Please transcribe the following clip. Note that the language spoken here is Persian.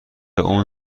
اون